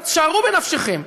שערו בנפשכם,